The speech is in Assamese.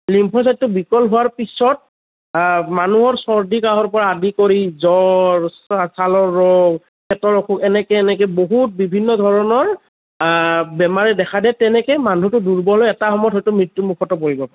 লিম্ফচাইটটো বিকল হোৱাৰ পিছত মানুহৰ চৰ্দী কাহৰ পৰা আদি কৰি জ্বৰ চা চালৰ ৰোগ পেটৰ অসুখ এনেকে এনেকে বহুত বিভিন্ন ধৰণৰ বেমাৰে দেখা দিয়ে তেনেকে মানুহটো দুৰ্বল হৈ এটা সময়ত হয়তো মৃত্যু মুখতো পৰিব পাৰে